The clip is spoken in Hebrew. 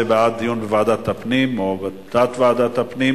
זה בעד דיון בוועדת הפנים או בתת-ועדה של ועדת הפנים